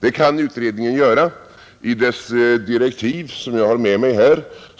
Det kan utredningen göra. I dess direktiv